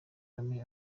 kagame